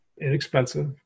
inexpensive